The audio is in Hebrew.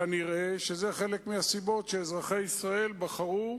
כנראה, שזה חלק מהסיבות לכך שאזרחי ישראל בחרו